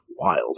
wild